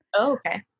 Okay